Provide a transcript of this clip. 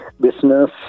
Business